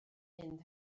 mynd